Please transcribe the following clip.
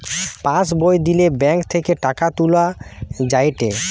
pass বই দিলে bank থেকে টাকা তুলা যায়েটে